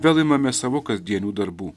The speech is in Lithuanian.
vėl imame savo kasdienių darbų